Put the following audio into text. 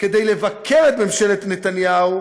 כדי לבקר את ממשלת נתניהו,